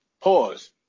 pause